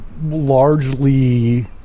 largely